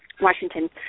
Washington